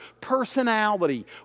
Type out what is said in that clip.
personality